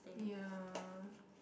ya